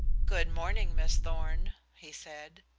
good morning, miss thorn, he said.